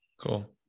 Cool